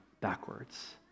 backwards